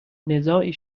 نزاعی